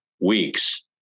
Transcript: weeks